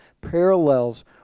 parallels